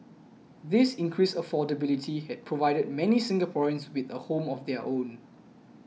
this increased affordability and provided many Singaporeans with a home of their own